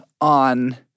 on